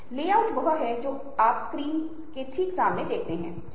और कई बहुराष्ट्रीय कंपनियां विज्ञापन के लिए ट्वीट्स का उपयोग करती हैं क्यों